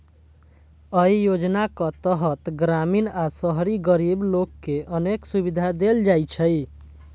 अय योजनाक तहत ग्रामीण आ शहरी गरीब लोक कें अनेक सुविधा देल जाइ छै